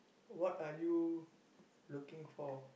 what are you looking for